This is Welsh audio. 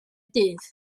dydd